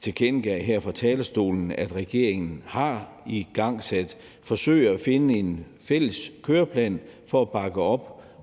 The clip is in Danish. tilkendegav her fra talerstolen at regeringen har igangsat, forsøge at finde en fælles køreplan for at bakke op